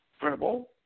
verbal